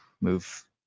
Move